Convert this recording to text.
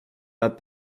pas